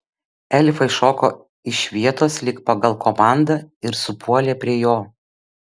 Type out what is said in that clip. elfai šoko iš vietos lyg pagal komandą ir supuolė prie jo